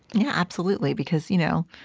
yeah, absolutely, because, you know,